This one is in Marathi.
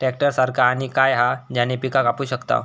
ट्रॅक्टर सारखा आणि काय हा ज्याने पीका कापू शकताव?